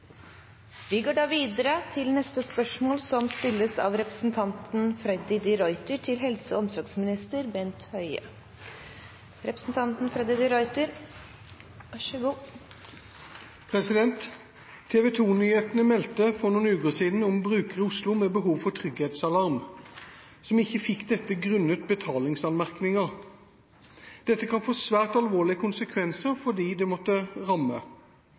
meldte for noen uker siden om brukere i Oslo med behov for trygghetsalarm, som ikke fikk dette grunnet betalingsanmerkninger. Dette kan få svært alvorlige konsekvenser for dem det måtte ramme.